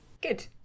good